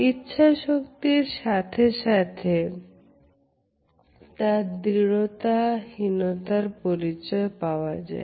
ইচ্ছাশক্তির সাথে সাথে ও তার দৃঢ়তা হীনতা পরিচয় পাওয়া যায়